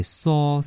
saw